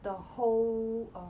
the whole